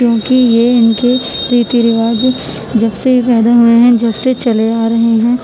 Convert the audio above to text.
کیوںکہ یہ ان کے ریتی رواج جب سے یہ پیدا ہوئے ہیں جب سے چلے آ رہے ہیں